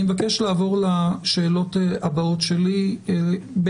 אני מבקש לעבור לשאלות הבאות שלי ולקבל